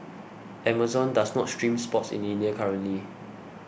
Amazon does not stream sports in India currently